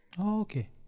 Okay